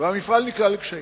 והמפעל נקלע לקשיים,